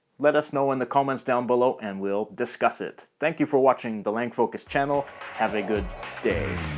let us know in the comments down below and we'll discuss it. thank you for watching the langfocus channel have a good day.